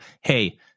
hey